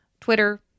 Twitter